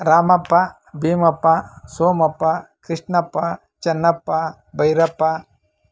Ramappa Bhimappa Somappa Krishnappa Chennappa Byrappa